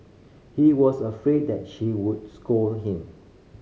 he was afraid that she would scold him